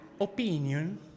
opinion